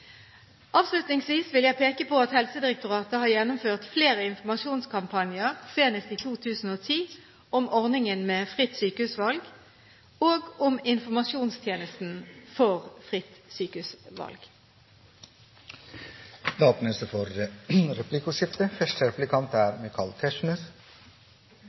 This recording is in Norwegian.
Avslutningsvis vil jeg peke på at Helsedirektoratet har gjennomført flere informasjonskampanjer, senest i 2010, om ordningen med fritt sykehusvalg og om informasjonstjenesten for fritt sykehusvalg. Det